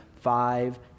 five